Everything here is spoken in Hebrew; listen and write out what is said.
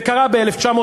זה קרה ב-1948,